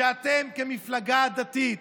שאתם, כמפלגה דתית,